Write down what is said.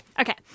Okay